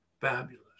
fabulous